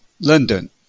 London